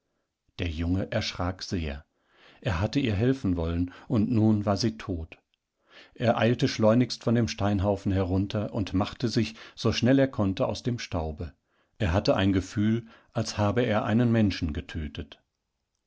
der junge erschrak sehr er hatte ihr helfen wollen und nun war sie tot er eilteschleunigstvondemsteinhaufenherunterundmachtesich soschneller konnte aus dem staube er hatte ein gefühl als habe er einen menschen getötet